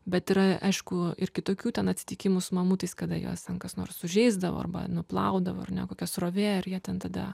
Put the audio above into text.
bet yra aišku ir kitokių ten atsitikimų su mamutais kada juos ten kas nors sužeisdavo arba nuplaudavo ar ne kokia srovė ir jie ten tada